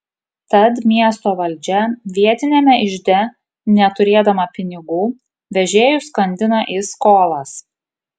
tad miesto valdžia vietiniame ižde neturėdama pinigų vežėjus skandina į skolas